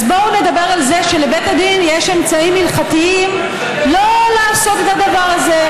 אז בואו נדבר על זה שלבית הדין יש אמצעים הלכתיים לא לעשות את הדבר הזה,